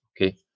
Okay